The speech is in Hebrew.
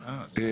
אני רק אומר,